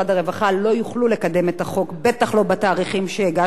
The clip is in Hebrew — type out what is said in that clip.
לא יוכלו לקדם את החוק ובטח לא בתאריכים שהגשנו להם,